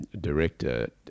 director